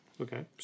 Okay